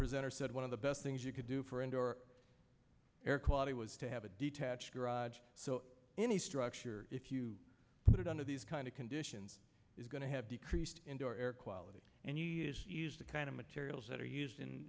presenter said one of the best things you could do for indoor air quality was to have a detached garage so any structure if you put it under these kind of conditions is going to have decreased indoor air quality and the kind of materials that are used